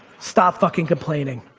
stop fucking complaining.